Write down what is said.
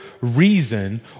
reason